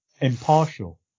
impartial